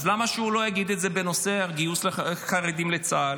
אז למה שהוא לא יגיד את זה בנושא גיוס חרדים לצה"ל?